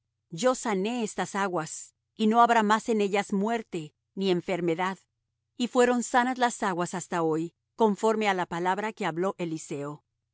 yo sané estas aguas y no habrá más en ellas muerte ni enfermedad y fueron sanas las aguas hasta hoy conforme á la palabra que habló eliseo